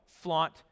flaunt